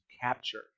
capture